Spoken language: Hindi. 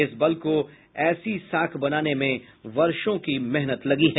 इस बल को ऐसी साख बनाने में वर्षों की मेहनत लगी है